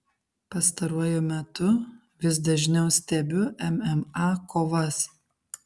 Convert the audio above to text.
pastaruoju metu vis dažniau stebiu mma kovas